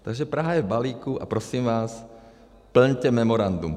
Takže Praha je v balíku a prosím vás, plňte memorandum.